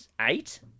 eight